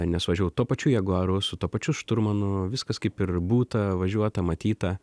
nes važiavau tuo pačiu jaguaru su tuo pačiu šturmanu viskas kaip ir būta važiuota matyta